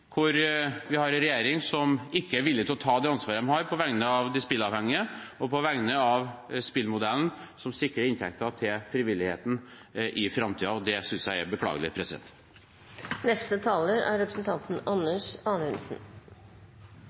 hvor vi har en regjering som ikke er villig til å ta det ansvaret de har på vegne av de spilleavhengige og på vegne av spillmodellen som sikrer inntekter til frivilligheten i framtiden. Det synes jeg er beklagelig. I mine svakeste øyeblikk skulle jeg ønske verden var så svart-hvitt som det representanten